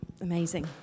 amazing